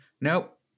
Nope